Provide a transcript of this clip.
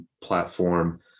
platform